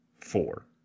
four